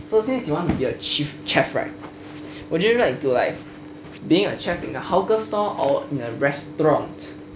so since you want to be a chief chef right would you like to like being a chef in a hawker stall or in a restaurant